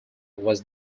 was